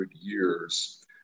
years